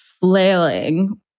flailing